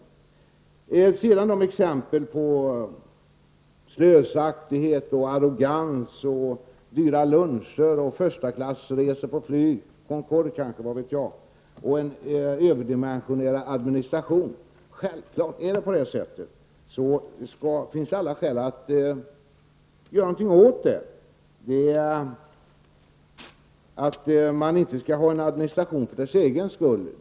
Om alla de exempel på slösaktighet, arrogans, dyra luncher, förstaklassresor med flyg -- Concorde kanske, vad vet jag -- och en överdimensionerad administration som Bengt Hurtig nämner är riktiga, finns det självfallet all anledning att göra någonting åt det. Vi borde väl alla kunna vara överens om att man inte skall ha en administration för dess egen skull.